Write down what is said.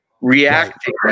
reacting